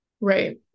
Right